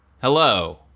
Hello